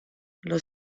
los